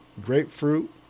grapefruit